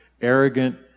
arrogant